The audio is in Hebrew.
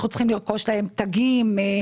אנחנו צריכים לרכוש להם תגים, אפודים.